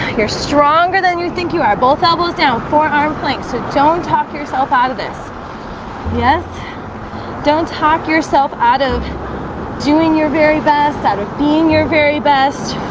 you're stronger than you think you are both elbows down forearm plank, so don't talk yourself out of this yes don't talk yourself out of doing your very best out of being your very best